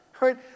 right